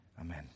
Amen